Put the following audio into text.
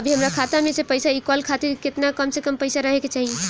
अभीहमरा खाता मे से पैसा इ कॉल खातिर केतना कम से कम पैसा रहे के चाही?